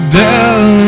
down